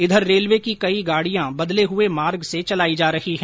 इधर रेलवे की कई गाड़ियां बदले हये मार्ग से चलाई जा रही हैं